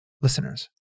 Listeners